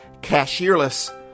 cashierless